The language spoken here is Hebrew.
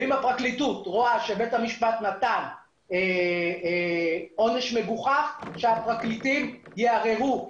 אם הפרקליטות רואה שבית המשפט נתן עונש מגוחך אז שהפרקליטים יערערו.